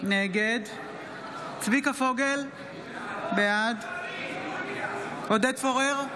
נגד צביקה פוגל, בעד עודד פורר,